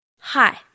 Hi